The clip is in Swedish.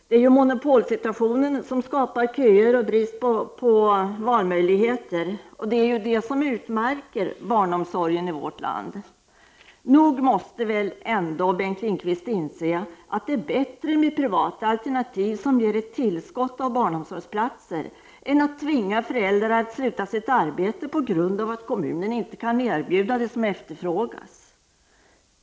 Det är ju monopolsituationen som skapar köer och brist på valmöjligheter. Och det är ju detta som utmärker barnomsorgen i vårt land. Nog måste väl ändå Bengt Lindqvist inse att det är bättre med privata alternativ som ger ett till skott av barnomsorgsplatser än att tvinga föräldrar att sluta sina arbeten på grund av att kommunerna inte kan erbjuda det som efterfrågas.